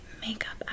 makeup